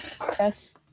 Yes